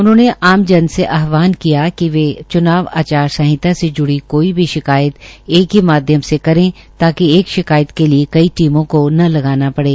उन्होंने आमजन से आहवान किया कि वे चूनाव आचार संहिता से जुड़ी कोई भी शिकायत एक ही माध्यम से करें ताकि एक शिकायत के लिए कई टीमों को न लगाना पड़े